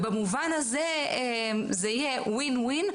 במובן הזה זה יהיה win-win,